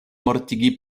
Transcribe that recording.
mortigi